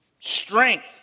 strength